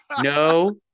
no